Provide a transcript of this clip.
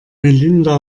melinda